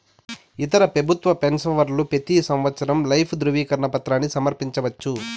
ఇతర పెబుత్వ పెన్సవర్లు పెతీ సంవత్సరం లైఫ్ దృవీకరన పత్రాని సమర్పించవచ్చు